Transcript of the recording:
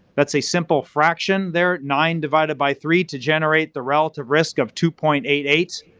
that's a simple fraction there, nine divided by three to generate the relative risk of two point eight eight.